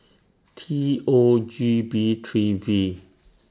T O G B three V